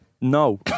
No